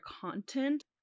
content